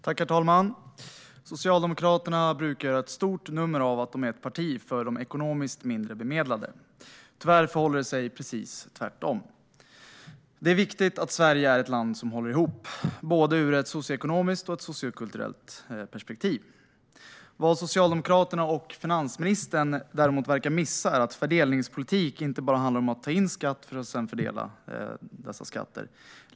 Herr talman! Socialdemokraterna brukar göra ett stort nummer av att det är ett parti för de ekonomiskt mindre bemedlade. Tyvärr förhåller det sig precis tvärtom. Det är viktigt att Sverige är ett land som håller ihop, både ur ett socioekonomiskt och ur ett sociokulturellt perspektiv. Vad Socialdemokraterna och finansministern däremot verkar missa är att fördelningspolitik inte bara handlar om att ta in skatt för att sedan fördela dessa skatter.